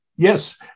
Yes